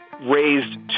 raised